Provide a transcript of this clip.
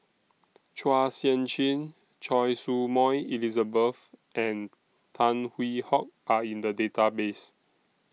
Chua Sian Chin Choy Su Moi Elizabeth and Tan Hwee Hock Are in The Database